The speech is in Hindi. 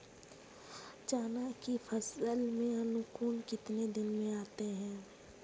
चना की फसल में अंकुरण कितने दिन में आते हैं?